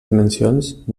dimensions